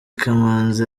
kamanzi